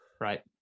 right